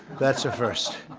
that's a first.